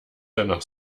danach